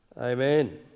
Amen